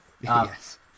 Yes